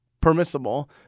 permissible